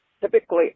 typically